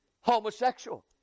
Homosexual